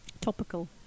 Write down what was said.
Topical